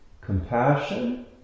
compassion